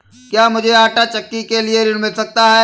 क्या मूझे आंटा चक्की के लिए ऋण मिल सकता है?